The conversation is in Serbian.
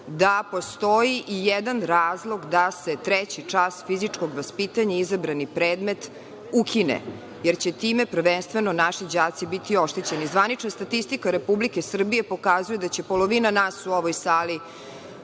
da postoji ijedan razlog da se treći čas fizičkog vaspitanja izabrani predmet ukine, jer će time prvenstveno naši đaci biti oštećeni. Zvanična statistika Republike Srbije pokazuje da će polovina nas u ovoj sali